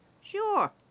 Sure